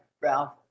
Ralph